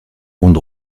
und